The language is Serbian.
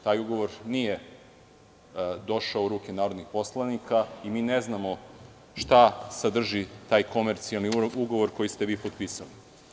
Taj ugovor nije došao u ruke narodnih poslanika i mi ne znamo šta sadrži taj komercijalni ugovor koji ste vi potpisali.